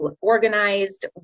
organized